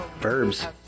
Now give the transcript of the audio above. verbs